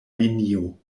linio